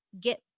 get